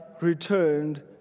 returned